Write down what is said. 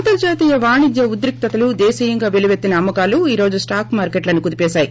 అంతర్హాతీయ వాణిజ్య ఉద్రిక్తతు దేశీయంగా పెల్లుపెత్తిన అమ్మ కాలు ఈ రోజు స్వాక్ మార్కెట్లను కుదిపేశాయి